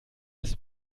das